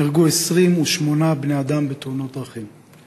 נהרגו 28 בני-אדם בתאונות דרכים.